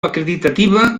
acreditativa